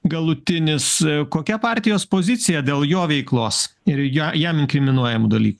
galutinis kokia partijos pozicija dėl jo veiklos ir jo jam inkriminuojamų dalykų